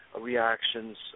reactions